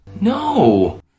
No